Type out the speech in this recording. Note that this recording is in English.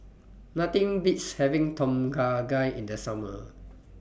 Nothing Beats having Tom Kha Gai in The Summer